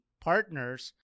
partners